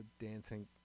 dancing